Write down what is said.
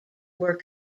were